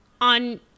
on